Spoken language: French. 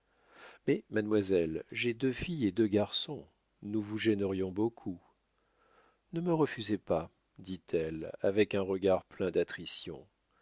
mais mademoiselle j'ai deux filles et deux garçons nous vous gênerions beaucoup ne me refusez pas dit-elle avec un regard plein d'attrition